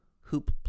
Hoop